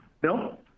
Bill